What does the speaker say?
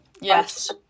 Yes